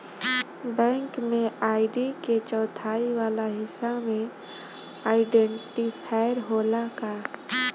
Bank में ID के चौथाई वाला हिस्सा में आइडेंटिफैएर होला का?